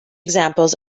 examples